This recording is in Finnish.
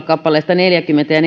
kappaleista neljäkymmentä ja